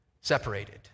separated